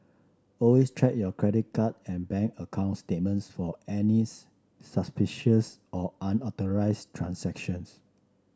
always check your credit card and bank account statements for any suspicious or unauthorised transactions